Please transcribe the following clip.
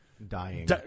Dying